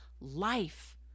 life